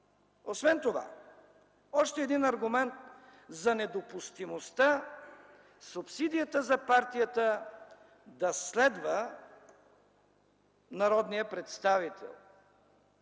Освен това, още един аргумент за недопустимостта субсидията за партията да следва народния представител.